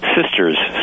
sisters